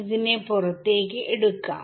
ഇതിനെ പുറത്തേക്ക് എടുക്കാം